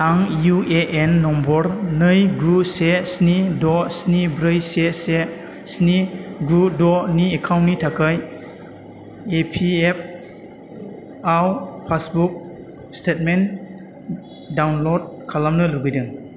आं UAN number नै गु से स्नि द' स्नि ब्रै से से स्नि गु द'नि एकाउन्टनि थाखाय इपिएफआव पासबुक स्टेटमेन्ट डाउनलड खालामनो लुबैदों